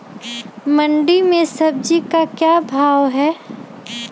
मंडी में सब्जी का क्या भाव हैँ?